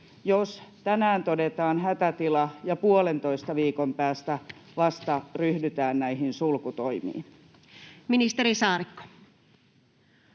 jos tänään todetaan hätätila ja puolentoista viikon päästä vasta ryhdytään näihin sulkutoimiin? Ministeri Saarikko.